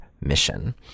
mission